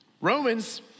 Romans